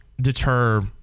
deter